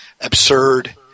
absurd